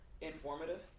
informative